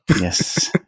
Yes